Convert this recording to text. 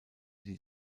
die